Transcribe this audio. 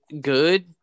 good